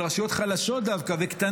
דווקא של רשויות חלשות וקטנות,